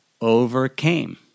overcame